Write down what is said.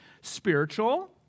Spiritual